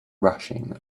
rushing